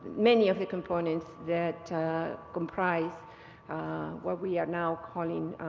many of the components that comprise what we are now calling